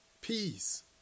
peace